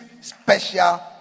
special